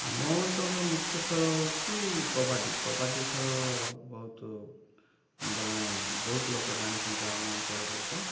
ଆମ ଅଞ୍ଚଳର ମୁଖ୍ୟ ଖେଳ ହେଉଛି କବାଡ଼ି କବାଡ଼ି ଖେଳ ବହୁତୁ ବୋଲେଁ ବହୁତୁ ଲୋକ ଜାଣିଛନ୍ତି ଆମ ଅଞ୍ଚଳର ଲୋକ